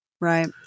Right